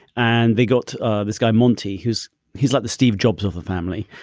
and they got this guy, monty, who's he's like the steve jobs of the family.